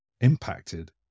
impacted